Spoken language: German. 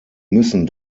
müssen